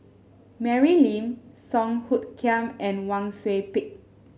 Mary Lim Song Hoot Kiam and Wang Sui Pick